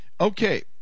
Okay